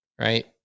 right